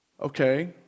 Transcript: okay